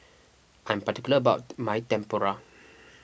I am particular about my Tempura